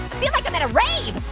feel like i'm at a rave.